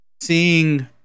seeing